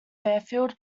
fairfield